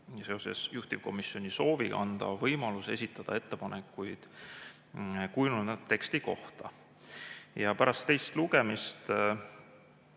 seoses juhtivkomisjoni sooviga anda võimalus esitada ettepanekuid kujunenud teksti kohta. Pärast teist lugemist